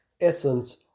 essence